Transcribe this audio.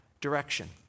direction